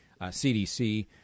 CDC